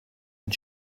und